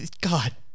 God